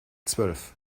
zwölf